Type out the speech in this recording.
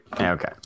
Okay